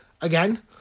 again